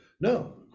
No